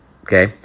Okay